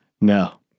No